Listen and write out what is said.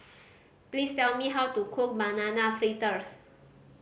please tell me how to cook Banana Fritters